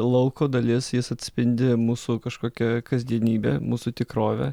lauko dalis jis atspindi mūsų kažkokią kasdienybę mūsų tikrovę